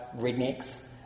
rednecks